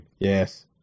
Yes